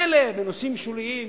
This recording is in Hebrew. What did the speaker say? מילא בנושאים שוליים,